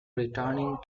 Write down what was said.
returning